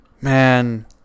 man